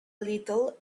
little